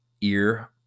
ear